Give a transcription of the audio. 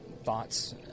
thoughts